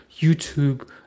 youtube